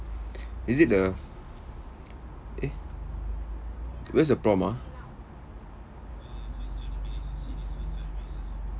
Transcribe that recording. is it the eh where's the prompt ah